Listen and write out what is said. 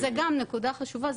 זה גם נקודה חשובה.